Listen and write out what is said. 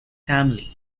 family